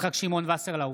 יצחק שמעון וסרלאוף,